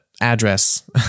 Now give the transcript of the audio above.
address